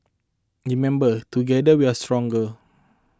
remember together we are stronger